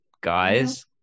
guys